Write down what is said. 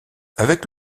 avec